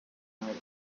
night